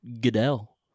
Goodell